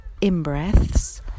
in-breaths